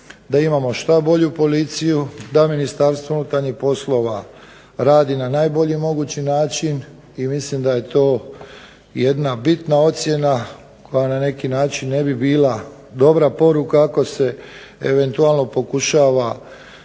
da imamo što bolju policiju, da Ministarstvo unutarnjih poslova radi na najbolji mogući način i mislim da je to jedna bitna ocjena koja na neki način ne bi bila dobra poruka ako se eventualno pokušava